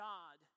God